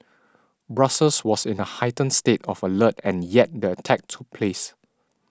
Brussels was in a heightened state of alert and yet the attack took place